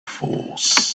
force